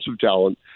talent